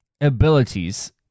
abilities